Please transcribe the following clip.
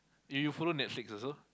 you you follow Netflix also